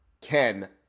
Ken